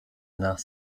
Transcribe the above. nach